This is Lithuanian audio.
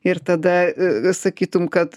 ir tada sakytum kad